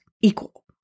equal